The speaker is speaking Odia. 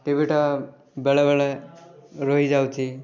ଟିଭିଟା ବେଳେବେଳେ ରହିଯାଉଛି